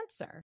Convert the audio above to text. answer